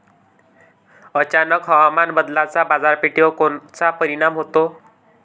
अचानक हवामान बदलाचा बाजारपेठेवर कोनचा परिणाम होतो?